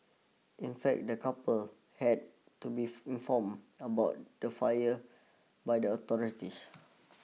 in fact the couple had to be informed about the fire by the authorities